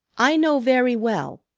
i know very well.